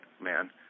man